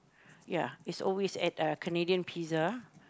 ya it's always at a Canadian Pizza